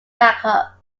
backup